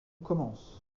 commencent